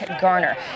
Garner